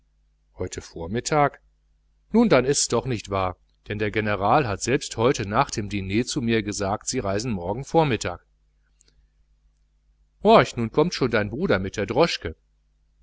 heute vormittag nun dann ist's doch nicht wahr denn der general selbst hat heute nach dem diner zu mir gesagt sie reisen morgen vormittag horch nun kommt schon dein bruder mit der droschke